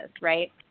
right